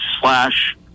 slash